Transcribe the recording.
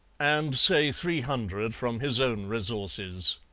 and, say three hundred from his own resources.